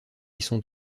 sont